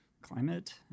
climate